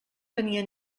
tenia